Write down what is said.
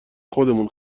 خودمون